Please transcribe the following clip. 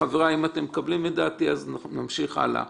חבריי אם אתם מקבלים אותה אז נמשיך הלאה.